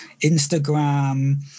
Instagram